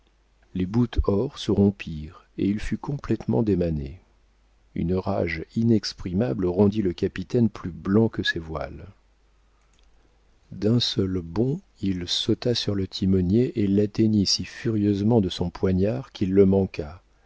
les bouts-dehors se rompirent et il fut complétement démané une rage inexprimable rendit le capitaine plus blanc que ses voiles d'un seul bond il sauta sur le timonier et l'atteignit si furieusement de son poignard qu'il le manqua